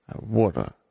water